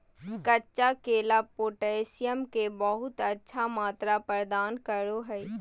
कच्चा केला पोटैशियम के बहुत अच्छा मात्रा प्रदान करो हइ